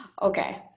Okay